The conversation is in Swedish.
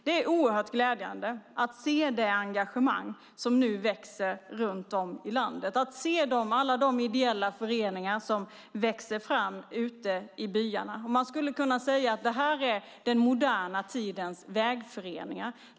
Det är oerhört glädjande att se det engagemang som nu växer runt om i landet och att se alla de ideella föreningar som växer fram ute i byarna. Man skulle kunna säga att detta är den moderna tidens vägföreningar.